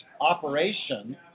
operation